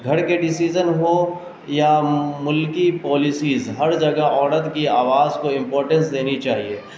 گھر کے ڈسیزن ہو یا ملکی پالیسیز ہر جگہ عورت کی آواز کو امپورٹینس دینی چاہیے